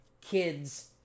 kids